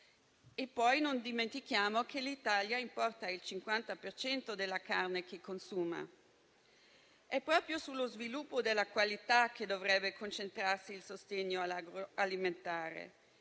Poi non dimentichiamo che l'Italia importa il 50 per cento della carne che consuma. È proprio sullo sviluppo della qualità che dovrebbe concentrarsi il sostegno all'agroalimentare,